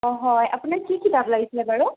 অ হয় আপোনাক কি কিতাপ লাগিছিলে বাৰু